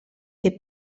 che